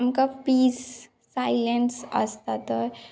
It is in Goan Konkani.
आमकां पीस सायलेंस आसता तर